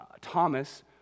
thomas